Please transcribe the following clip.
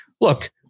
look